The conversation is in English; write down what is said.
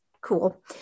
cool